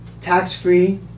Tax-free